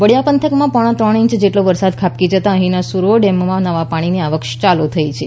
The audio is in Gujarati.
વડીયા પંથકમાં પોણા ત્રણ ઇંચ જેટલો વરસાદ ખાબકી જતા અહીનાં સુરવો ડેમમા નવા પાણીની આવક ચાલુ થઇ હતી